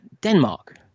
denmark